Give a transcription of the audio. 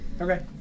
Okay